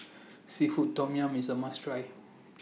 Seafood Tom Yum IS A must Try